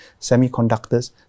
semiconductors